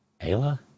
Ayla